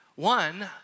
One